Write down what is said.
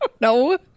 No